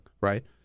right